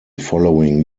following